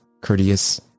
courteous